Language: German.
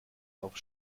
auf